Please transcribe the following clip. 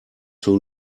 too